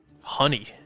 Honey